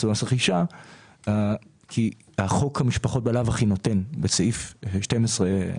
במס רכישה כי חוק המשפחות בלאו הכי נותן בסעיף 12א(ג).